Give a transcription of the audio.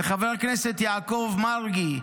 וחבר הכנסת יעקב מרגי,